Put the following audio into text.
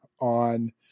on